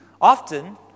often